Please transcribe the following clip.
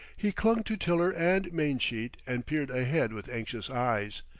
he clung to tiller and mainsheet and peered ahead with anxious eyes,